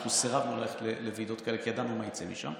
אנחנו סירבנו ללכת לוועידות כאלה כי ידענו מה יצא משם,